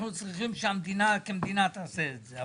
אנחנו צריכים שהמדינה כמדינה תעשה את זה.